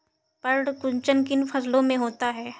पर्ण कुंचन किन फसलों में होता है?